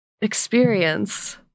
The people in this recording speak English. experience